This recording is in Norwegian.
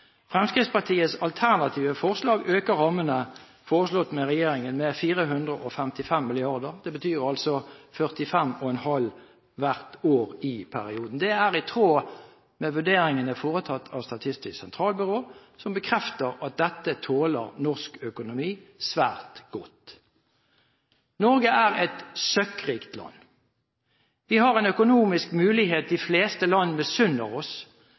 Fremskrittspartiets alternative forslag øker rammene foreslått av regjeringen med 455 mrd. kr. Det betyr 45,5 mrd. kr mer hvert år i perioden. Det er i tråd med vurderinger foretatt av Statistisk sentralbyrå, som bekrefter at dette tåler norsk økonomi svært godt. Norge er et søkkrikt land. Vi har en økonomisk mulighet de fleste land misunner oss,